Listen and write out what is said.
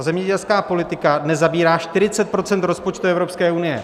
Zemědělská politika dnes zabírá 40 % rozpočtu Evropské unie.